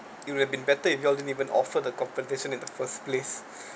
you would have been better if you all didn't even offer the compensation in the first place